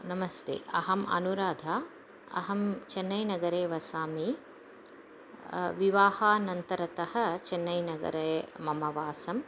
नमस्ते अहम् अनुराधा अहं चेन्नैनगरे वसामि विवाहादनन्तरतः चेन्नैनगरे मम वासम्